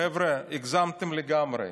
חבר'ה, הגזמתם לגמרי.